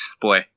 boy